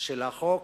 של החוק,